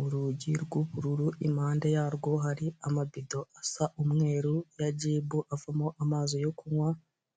Urugi rw'ubururu impande yarwo hari amabido asa umweru ya jibu avamo amazi yo kunywa,